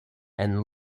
and